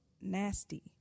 nasty